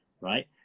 Right